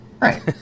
right